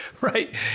Right